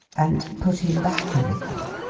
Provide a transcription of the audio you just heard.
and put him back a little.